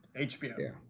hbo